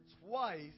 twice